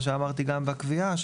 מה שאמרתי גם בקביעה,